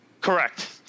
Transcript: Correct